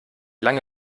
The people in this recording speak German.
lange